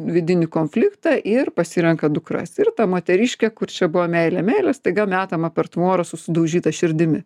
vidinį konfliktą ir pasirenka dukras ir ta moteriškė kur čia buvo meilė meilė staiga metama per tvorą su sudaužyta širdimi